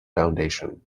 foundation